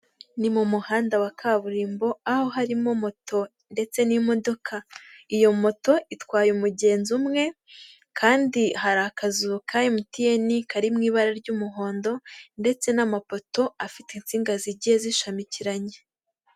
Ni mu muhanda wa kaburimbo aho harimo moto ndetse n'imodoka, iyo moto itwaye umugenzi umwe kandi hari akazu ka MTN kari mu ibara ry'umuhondo ndetse n'amapoto afite insinga zigiye zishamikiranye.